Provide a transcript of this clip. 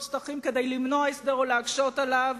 שטחים כדי למנוע הסדר או להקשות עליו,